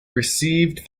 received